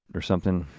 but or something.